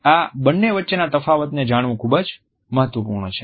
આ બંને વચ્ચેના તફાવતને જાણવું ખૂબ જ મહત્વપૂર્ણ છે